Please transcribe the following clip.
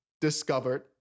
discovered